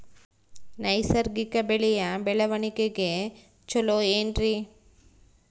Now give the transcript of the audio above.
ನೈಸರ್ಗಿಕ ಬೆಳೆಯ ಬೆಳವಣಿಗೆ ಚೊಲೊ ಏನ್ರಿ?